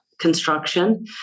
construction